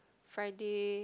Friday